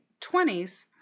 20s